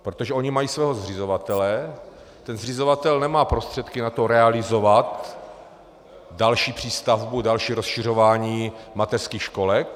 Protože oni mají svého zřizovatele a ten nemá prostředky na to realizovat další přístavbu, další rozšiřování mateřských školek.